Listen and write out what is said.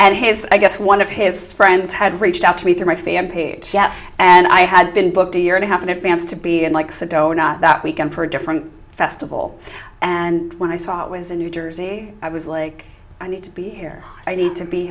and his i guess one of his friends had reached out to me through my family and i had been booked a year and a half in advance to be an likes it or not that we come for a different festival and when i saw it was in new jersey i was like i need to be here i need to be